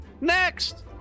next